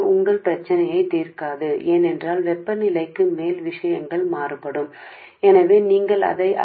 కూడా మీ సమస్య పరిష్కరించడానికి లేదు పైగా ఉష్ణోగ్రత విషయాలు మారుతుంది ఎందుకంటే